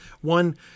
One